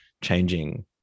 changing